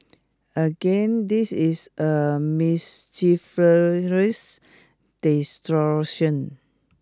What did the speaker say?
again this is a mischievous distortion